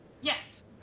Yes